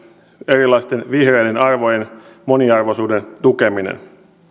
erilaisten vihreiden arvojen moniarvoisuuden tukeminen